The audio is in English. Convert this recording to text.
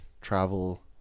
travel